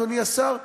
אדוני השר,